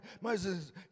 Moses